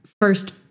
first